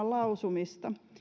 lausumista